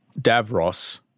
Davros –